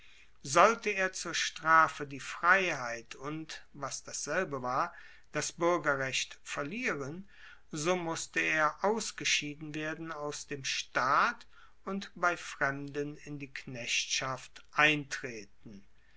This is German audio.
sollte er zur strafe die freiheit und was dasselbe war das buergerrecht verlieren so musste er ausgeschieden werden aus dem staat und bei fremden in die knechtschaft eintreten